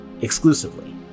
exclusively